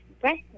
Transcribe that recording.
breast